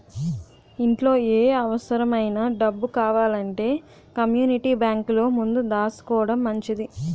ఇంట్లో ఏ అవుసరమైన డబ్బు కావాలంటే కమ్మూనిటీ బేంకులో ముందు దాసుకోడం మంచిది